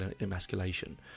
emasculation